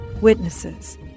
witnesses